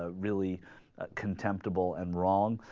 ah really contemptible and wrong